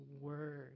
word